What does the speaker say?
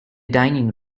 dining